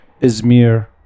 Izmir